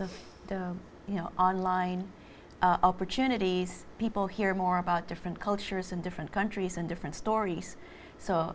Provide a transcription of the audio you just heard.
of you know online opportunities people hear more about different cultures and different countries and different stories so